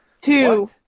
two